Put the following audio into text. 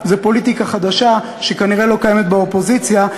זו פוליטיקה חדשה שכנראה לא קיימת באופוזיציה,